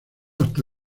hasta